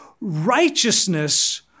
Righteousness